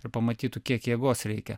ir pamatytų kiek jėgos reikia